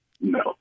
No